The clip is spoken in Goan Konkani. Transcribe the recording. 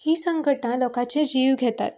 हीं संकटां लोकाचे जीव घेतात